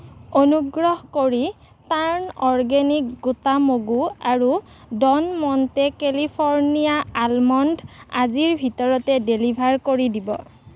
অনুগ্ৰহ কৰি turn organic গোটা মগু আৰু ড'ন মণ্টে কেলিফৰ্ণিয়া আলমণ্ড আজিৰ ভিতৰতে ডেলিভাৰ কৰি দিব